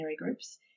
groups